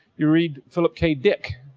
you read philip k. dick.